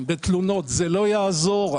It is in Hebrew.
זה לא יעזור.